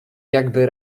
jakby